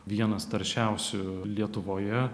vienas taršiausių lietuvoje